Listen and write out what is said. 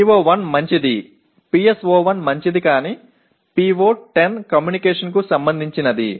PO1 మంచిది PSO1 మంచిది కాని PO10 కమ్యూనికేషన్కు సంబంధించినది